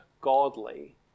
godly